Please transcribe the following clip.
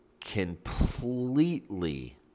completely